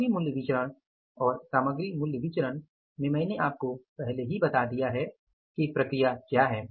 सामग्री मूल्य विचरण और सामग्री मूल्य विचरण में मैंने आपको पहले ही बता दिया है कि प्रक्रिया क्या है